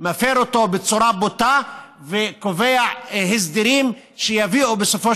מפר אותו בצורה בוטה וקובע הסדרים שיביאו בסופו